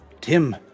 Tim